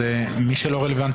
נעולה.